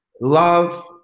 love